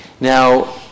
Now